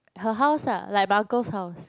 her house lah like my uncle's house